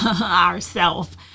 ourself